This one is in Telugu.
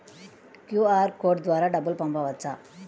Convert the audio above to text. క్యూ.అర్ కోడ్ ద్వారా డబ్బులు పంపవచ్చా?